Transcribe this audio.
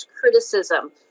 criticism